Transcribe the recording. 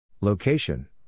Location